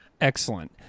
Excellent